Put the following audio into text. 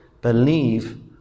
believe